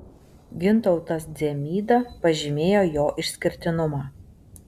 gintautas dzemyda pažymėjo jo išskirtinumą